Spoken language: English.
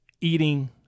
eating